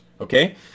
okay